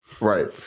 right